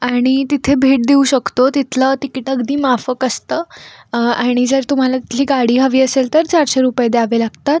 आणि तिथे भेट देऊ शकतो तिथलं तिकीट अगदी माफक असतं आणि जर तुम्हाला तिथली गाडी हवी असेल तर चारशे रुपये द्यावे लागतात